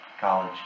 college